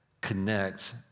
connect